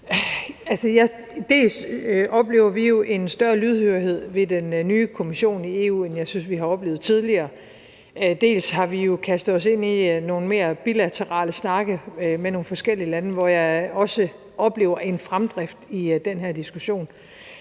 Dels oplever vi en større lydhørhed ved den nye Kommission i EU, end jeg synes vi har oplevet tidligere, dels har vi kastet os ind i nogle mere bilaterale snakke med nogle forskellige lande, hvor jeg også oplever en fremdrift i den her diskussion.